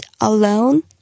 alone